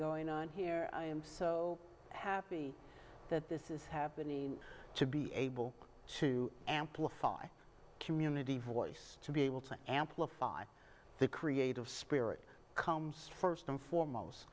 going on here i am so happy that this is happening to be able to amplify community voice to be able to amplify the creative spirit comes first and foremost